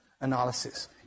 analysis